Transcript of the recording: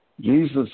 Jesus